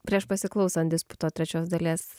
prieš pasiklausant disputo trečios dalies